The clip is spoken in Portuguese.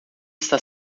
está